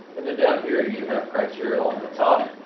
and then down here you have criteria on the top,